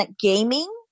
gaming